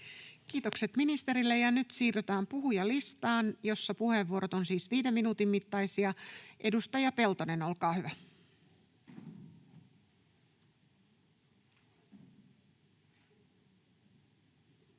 Kiitokset ministerille. — Ja nyt siirrytään puhujalistaan, jossa puheenvuorot ovat siis viiden minuutin mittaisia. — Edustaja Peltonen, olkaa hyvä. [Speech